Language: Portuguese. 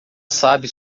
sabe